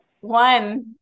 one